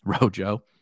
Rojo